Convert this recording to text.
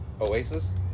Oasis